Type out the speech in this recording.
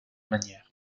manières